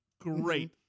great